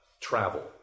travel